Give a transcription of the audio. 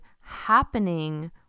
happening